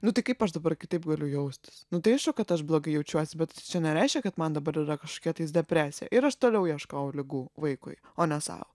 nu tai kaip aš dabar kitaip galiu jaustis nu tai aišku kad aš blogai jaučiuosi bet čia nereiškia kad man dabar yra kažkokia tais depresija ir aš toliau ieškau ligų vaikui o ne sau